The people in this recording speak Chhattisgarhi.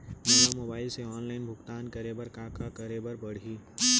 मोला मोबाइल से ऑनलाइन भुगतान करे बर का करे बर पड़ही?